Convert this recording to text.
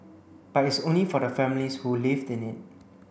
but it's only for the families who live in it